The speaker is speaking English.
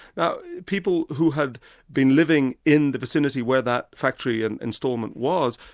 now people who had been living in the vicinity where that factory and installment was,